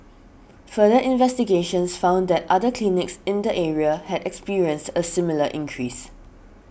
further investigations found that other clinics in the area had experienced a similar increase